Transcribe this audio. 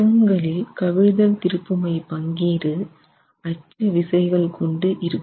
தூண்களில் கவிழ்தல்திருப்புமை பங்கீடு அச்சு விசைகள் கொண்டு இருக்கும்